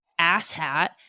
asshat